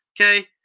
Okay